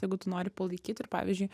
jeigu tu nori palaikyti ir pavyzdžiui